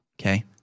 okay